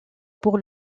pour